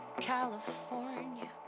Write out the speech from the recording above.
California